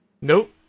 Nope